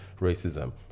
racism